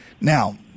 Now